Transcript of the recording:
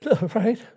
Right